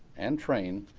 and train,